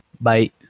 Bye